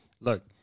look